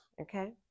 okay